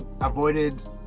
avoided